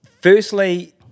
firstly